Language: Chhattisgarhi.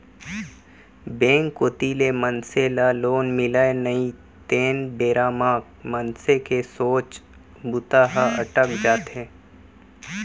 बेंक कोती ले मनसे ल लोन मिलय नई तेन बेरा म मनसे के सोचे बूता ह अटक जाथे